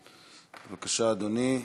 בבקשה, אדוני.